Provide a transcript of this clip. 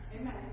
Amen